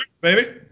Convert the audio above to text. baby